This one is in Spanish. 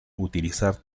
utilizar